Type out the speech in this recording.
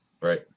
Right